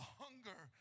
hunger